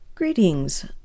Greetings